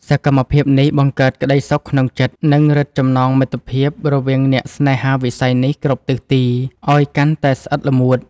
សកម្មភាពនេះបង្កើតក្តីសុខក្នុងចិត្ត និង រឹតចំណងមិត្តភាពរវាងអ្នកស្នេហាវិស័យនេះគ្រប់ទិសទីឱ្យកាន់តែស្អិតល្មួត។